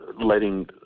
letting